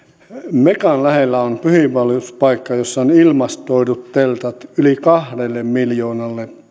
mekan lähellä on pyhiinvaelluspaikka jossa on ilmastoidut teltat yli kahdelle miljoonalle